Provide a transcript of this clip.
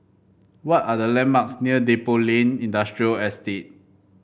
what are the landmarks near Depot Lane Industrial Estate